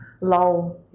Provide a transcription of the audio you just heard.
lull